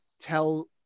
tell